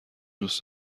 دوست